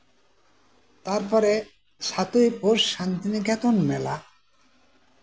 ᱛᱟᱨᱯᱚᱨᱮ ᱥᱟᱛᱚᱭ ᱯᱳᱥᱴ ᱥᱟᱱᱛᱤᱱᱤᱠᱮᱛᱚᱱ ᱢᱮᱞᱟ